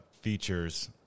features